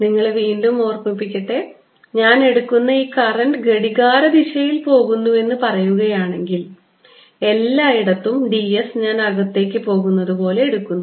നിങ്ങളെ വീണ്ടും ഓർമ്മിപ്പിക്കട്ടെ ഞാൻ എടുക്കുന്ന ഈ കറന്റ് ഘടികാരദിശയിൽ പോകുന്നുവെന്ന് പറയുകയാണെങ്കിൽ എല്ലായിടത്തും d s ഞാൻ അകത്തേക്ക് പോകുന്നതുപോലെ എടുക്കുന്നു